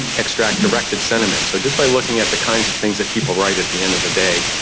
extract directed sentiments. so just by looking at the kinds of things that people write at the end of the day,